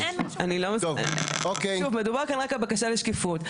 אני לא, שוב, מדובר כאן רק על בקשה לשקיפות.